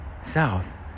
South